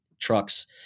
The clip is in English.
trucks